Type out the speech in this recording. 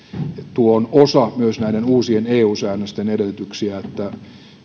on myös osa näiden uusien eu säännösten edellytyksiä että